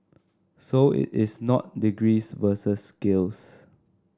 so it is not degrees versus skills